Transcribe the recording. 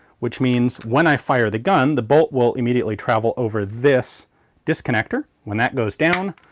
which means when i fire the gun the bolt will immediately travel over this disconnector. when that goes down,